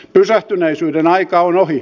pysähtyneisyyden aika on ohi